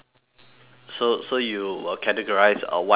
so so you will categorise a white lie